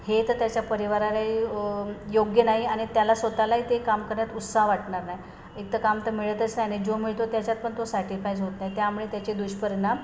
हे तर त्याच्या परिवाराही योग्य नाही आणि त्याला स्वत लाही ते काम करण्यात उत्साह वाटणार नाही एक तर काम तर मिळतच नाही ना जो मिळतो त्याच्यात पण तो सॅटिफाईज होत नाही त्यामुळे त्याचे दुष्परिणाम